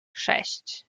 sześć